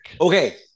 Okay